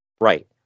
Right